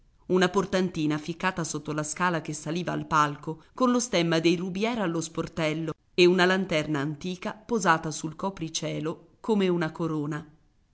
una portantina ficcata sotto la scala che saliva al palco con lo stemma dei rubiera allo sportello e una lanterna antica posata sul copricielo come una corona